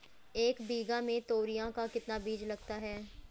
एक बीघा में तोरियां का कितना बीज लगता है?